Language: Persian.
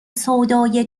سودای